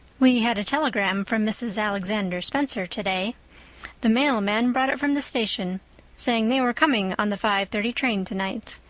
we had a telegram from mrs. alexander spencer today the mail-man brought it from the station saying they were coming on the five-thirty train tonight.